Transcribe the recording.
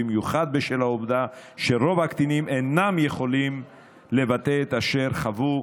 במיוחד בשל העובדה שלרוב הקטינים אינם יכולים לבטא את אשר חוו.